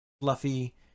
fluffy